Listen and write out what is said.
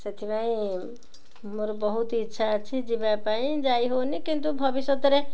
ସେଥିପାଇଁ ମୋର ବହୁତ ଇଚ୍ଛା ଅଛି ଯିବା ପାଇଁ ଯାଇ ହେଉନି କିନ୍ତୁ ଭବିଷ୍ୟତରେ